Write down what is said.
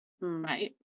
Right